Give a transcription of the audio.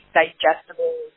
digestible